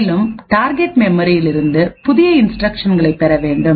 மேலும் டார்கெட் மெமரியில் இருந்து புதிய இன்ஸ்டிரக்ஷன்களைப் பெற வேண்டும்